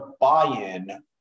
buy-in